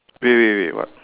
wait wait wait what